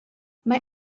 mae